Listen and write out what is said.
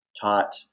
taught